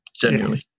genuinely